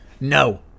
no